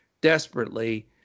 desperately